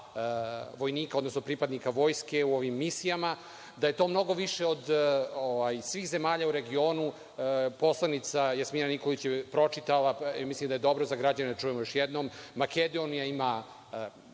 vojnika, odnosno pripadnika Vojske u ovim misijama, da je to mnogo više od svih zemalja u regionu. Poslanica Jasmina Nikolić je pročitala i mislim da je dobro za građene da čujemo još jednom – Makedonija ima